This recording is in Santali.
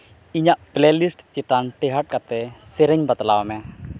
ᱤᱧᱟᱹᱜ ᱯᱞᱮᱞᱤᱥᱴ ᱪᱮᱛᱟᱱ ᱴᱮᱸᱦᱟᱰ ᱠᱟᱛᱮ ᱥᱮᱨᱮᱧ ᱵᱟᱛᱞᱟᱣ ᱢᱮ